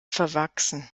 verwachsen